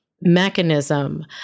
mechanism